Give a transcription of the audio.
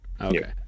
Okay